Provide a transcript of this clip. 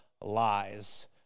lies